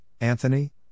Anthony